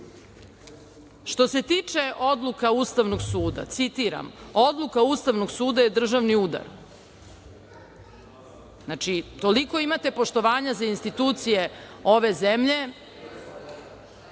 se tiče odluka Ustavnog suda citiram – „Odluka Ustavnog suda je državni udar“. Znači, toliko imate poštovanja za institucije ove zemlje